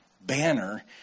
banner